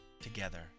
together